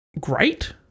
great